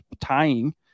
tying